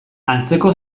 antzeko